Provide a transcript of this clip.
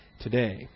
today